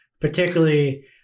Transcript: particularly